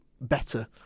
better